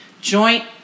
joint